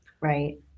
Right